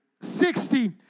sixty